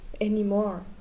anymore